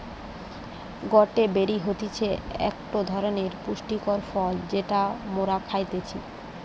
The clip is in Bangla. গটে বেরি হতিছে একটো ধরণের পুষ্টিকর ফল যেটা মোরা খাইতেছি